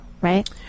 Right